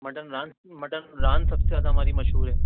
mutton ران mutton ران سب سے زیادہ ہماری مشہور ہے